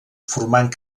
formant